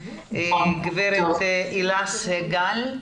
גב' הילה סגל.